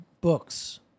books